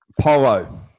Polo